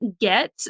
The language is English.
get